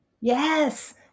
Yes